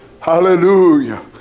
Hallelujah